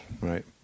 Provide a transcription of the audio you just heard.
Right